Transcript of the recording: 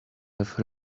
have